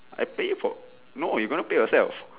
I pay for no you gonna pay yourself